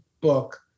book